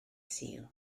sul